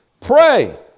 Pray